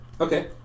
Okay